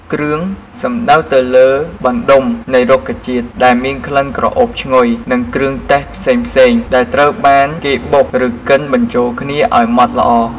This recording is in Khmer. គ្រឿង សំដៅទៅលើបណ្តុំនៃរុក្ខជាតិដែលមានក្លិនក្រអូបឈ្ងុយ និងគ្រឿងទេសផ្សេងៗ ដែលត្រូវបានគេបុក ឬកិនបញ្ចូលគ្នា ឱ្យម៉ដ្តល្អ។